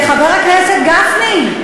חבר הכנסת גפני,